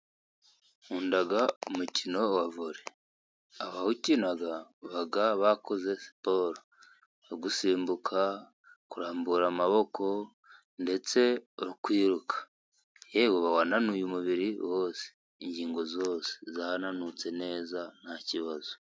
Nkunda umukino wa vore. Abawukina baba bakoze siporo. Nko gusimbuka, kurambura amaboko, ndetse no kwiruka. Yewe uba wananuye umubiri wose. Ingingo zose zarananutse neza, nta kibazo.